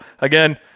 again